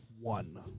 one